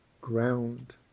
ground